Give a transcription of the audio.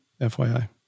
FYI